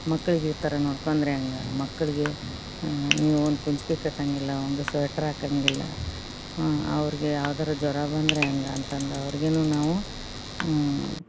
ಮಕ್ಳಿಗೆ ಈ ಥರ ನೋಡ್ಕೊಂಡ್ರೆ ಹೆಂಗೆ ಮಕ್ಕಳಿಗೆ ನೀವು ಒಂದು ಕುಂಚ್ಗೆ ಕಟ್ಟೋಂಗಿಲ್ಲ ಒಂದು ಸ್ವೆಟ್ರ್ ಹಾಕೋಂಗಿಲ್ಲ ಅವ್ರಿಗೆ ಯಾವ್ದಾದ್ರೂ ಜ್ವರ ಬಂದ್ರೆ ಹೆಂಗೆ ಅಂತಂದು ಅವ್ರ್ಗೂನು ನಾವು